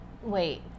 Wait